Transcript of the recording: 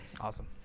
Awesome